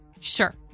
Sure